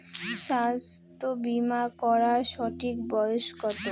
স্বাস্থ্য বীমা করার সঠিক বয়স কত?